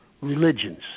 religions